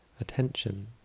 attention